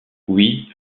oui